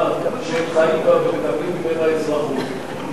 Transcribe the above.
שהם חיים בה ומקבלים ממנה אזרחות,